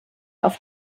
auf